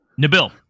Nabil